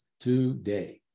today